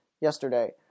yesterday